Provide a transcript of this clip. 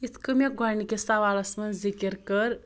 یِتھ کٔنۍ مےٚ گۄڈٕنِکِس سوالَس منٛز ذِکِر کٔر